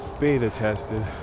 beta-tested